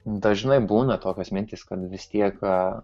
dažnai būna tokios mintys kad vis tiek